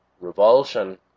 revulsion